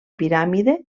piràmide